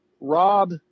Rob